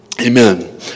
amen